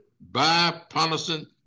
bipartisan